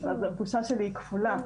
אז הבושה שלי היא כפולה,